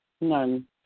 None